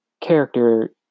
character